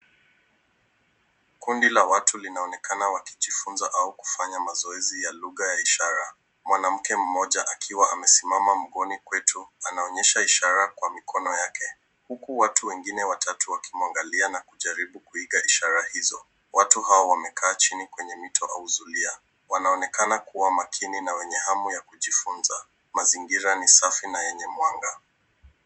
Kundi la watu linaonekana wakijifunza au kufanya mazoezi ya lugha ya ishara mwanamke mmoja akiwa amesimama mgoni kwetu anaonyesha ishara kwa mikono yake huku watu wengine watatu wakimwangaliana kujaribu kuiga ishara hizo. Watu hawa wamekaa chini kwenye mito au zulia. Wanaonekana kuwa makini na wenye hamu ya kujifunza. Mazingira ni safi na yenye mwanga.